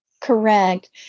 Correct